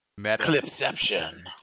Clipception